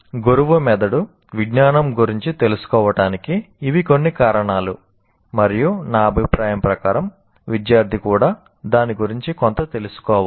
గురువు మెదడు విజ్ఞానం గురించి తెలుసుకోవటానికి ఇవి కొన్ని కారణాలు మరియు నా అభిప్రాయం ప్రకారం విద్యార్థి కూడా దాని గురించి కొంత తెలుసుకోవాలి